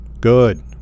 Good